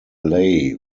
lay